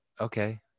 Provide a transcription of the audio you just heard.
Okay